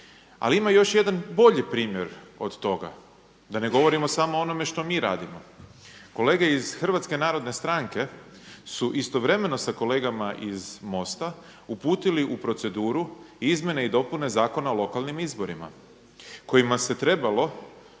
Ali ima još jedan bolji primjer od toga, da ne govorimo samo o onome što mi radimo. Kolege iz Hrvatske narodne stranke su istovremeno sa kolegama iz MOST-a uputili u proceduru izmjene i dopune Zakona o lokalnim izborima kojima se trebalo